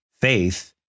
faith